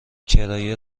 کرایه